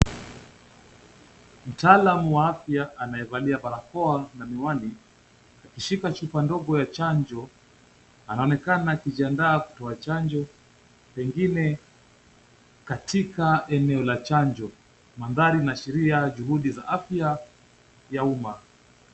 Mtaalamu wa afya amevalia barakoa na miwani akishika chupa ndogo ya chanjo. Anaonekana akijiandaa kutoa chanjo pengine katika eneo la chanjo. Mandhari inaashiria juhudi za afya ya umma.